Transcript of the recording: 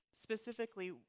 specifically